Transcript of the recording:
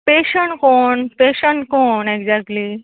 patient कोण patient कोण exactly